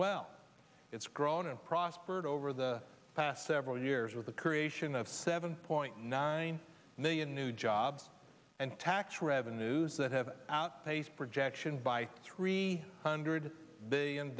well it's grown and prospered over the past several years with the creation of seven point nine million new jobs and tax revenues that have outpaced projection by three hundred billion